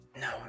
No